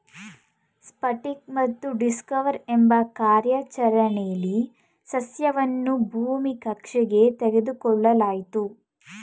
Sputnik ಮತ್ತು Discover ಎಂಬ ಕಾರ್ಯಾಚರಣೆಲಿ ಸಸ್ಯವನ್ನು ಭೂಮಿ ಕಕ್ಷೆಗೆ ತೆಗೆದುಕೊಳ್ಳಲಾಯ್ತು